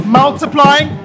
multiplying